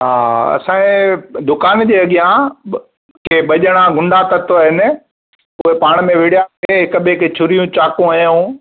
हा असांजे दुकान जे अॻियां ॿ के ॿ ॼणा गुंडा तत्व आहिनि उहे पाण में विढ़िया पिए हिक ॿिए खे छुरियूं चाकूं हंयऊं